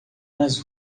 nas